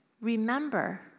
Remember